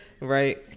Right